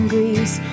Greece